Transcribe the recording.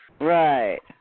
Right